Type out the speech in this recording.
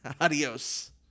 Adios